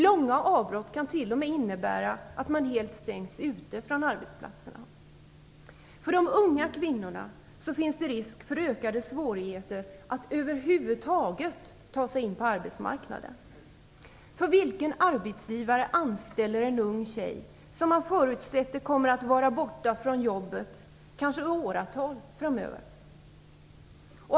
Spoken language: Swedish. Långa avbrott kan t.o.m. innebära att man helt stängs ute från arbetsplatserna. För de unga kvinnorna finns det risk för ökade svårigheter att över huvud taget ta sig in på arbetsmarknaden. Vilken arbetsgivare anställer en ung tjej som man förutsätter kommer att vara borta från jobbet kanske i åratal framöver?